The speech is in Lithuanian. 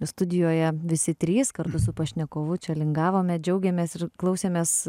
studijoje visi trys kartu su pašnekovu čia lingavome džiaugiamės ir klausėmės